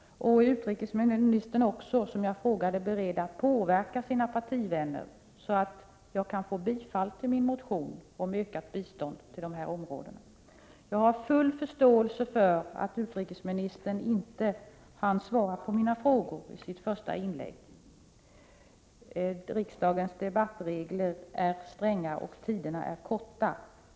Är utrikesministern, som jag frågade, beredd att påverka sina partivänner, så att jag kan få bifall till min motion om ökat bistånd till de här områdena? Jag har full förståelse för att utrikesministern inte hann svara på mina frågor i sitt första inlägg. Riksdagens debattregler är stränga och tiderna korta.